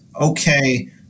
okay